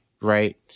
right